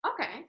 Okay